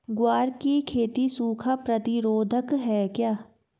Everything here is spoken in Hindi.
ग्वार की खेती सूखा प्रतीरोधक है क्या?